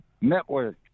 Network